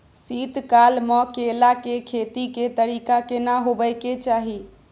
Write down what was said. शीत काल म केला के खेती के तरीका केना होबय के चाही?